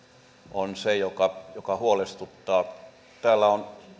on se joka joka huolestuttaa täällä on